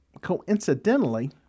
coincidentally